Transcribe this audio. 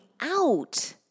out